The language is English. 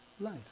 life